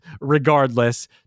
regardless